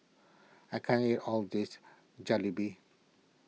I can't eat all this Jalebi